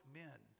men